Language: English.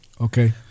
Okay